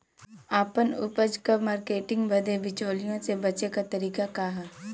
आपन उपज क मार्केटिंग बदे बिचौलियों से बचे क तरीका का ह?